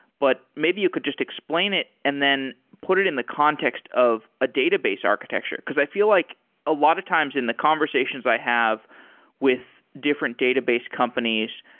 but maybe you could just explain it and then put it in the context of a database architecture. because i feel like a lot of times in the conversations i have with different database companies,